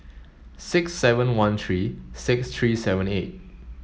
six seven one three six three seven eight